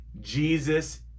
Jesus